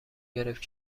گرفت